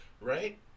right